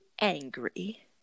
angry